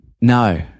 No